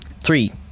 three